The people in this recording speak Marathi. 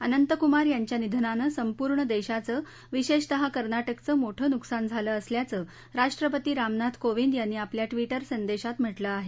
अनंतकुमार यांच्या निधनानं संपूर्ण देशाचं विशेषतः कर्नाटकचं मोठं नुकसान झालं असल्याचं राष्ट्रपती रामनाथ कोविद यांनी आपल्या ट्विटर संदेशात म्हटलं आहे